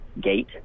gate